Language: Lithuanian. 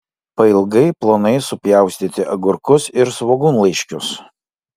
pailgai plonai supjaustyti agurkus ir svogūnlaiškius